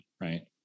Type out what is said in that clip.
right